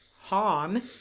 han